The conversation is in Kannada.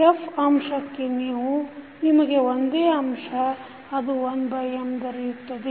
f ಅಂಶಕ್ಕೆ ನಿಮಗೆ ಒಂದೇ ಅಂಶ ಅದು 1M ದೊರೆಯುತ್ತದೆ